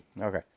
Okay